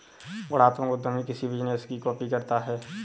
गुणात्मक उद्यमी किसी बिजनेस की कॉपी करता है